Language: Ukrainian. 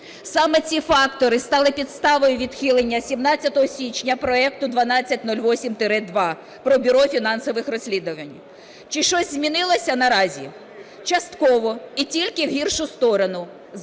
Саме ці факти стали підставою відхилення 17 січня проекту 1208-2 про Бюро фінансових розслідувань. Чи щось змінилося наразі? Частково і тільки в гіршу сторону.